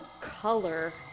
color